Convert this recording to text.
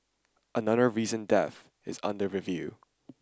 another recent death is under review